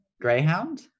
Greyhound